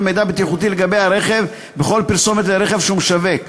מידע בטיחותי לגבי הרכב בכל פרסומת לרכב שהוא משווק,